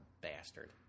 bastard